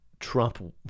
Trump